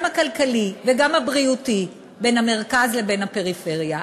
גם הכלכלי וגם הבריאותי, בין המרכז לבין הפריפריה.